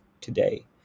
today